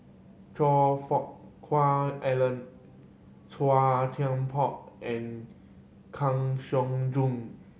Choe Fook Alan Chua Thian Poh and Kang Siong Joo